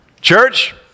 Church